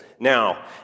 Now